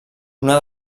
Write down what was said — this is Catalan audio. una